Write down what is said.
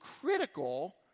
critical